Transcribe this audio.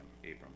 Abram